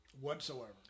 whatsoever